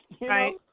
right